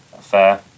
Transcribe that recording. fair